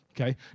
Okay